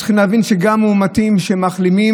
צריכים להבין שגם מאומתים שמחלימים,